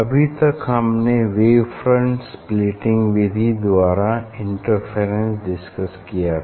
अभी तक हमने वेव फ्रंट स्प्लिटिंग विधि द्वारा इंटरफेरेंस डिस्कस किया था